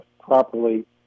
properly